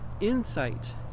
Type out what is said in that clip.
insight